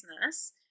business